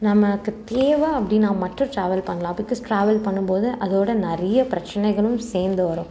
நமக்கு தேவை அப்படின்னா மட்டும் டிராவல் பண்ணலாம் பிகாஸ் டிராவல் பண்ணும்போது அதோடு நிறைய பிரச்சனைகளும் சேர்ந்து வரும்